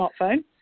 smartphone